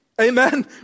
Amen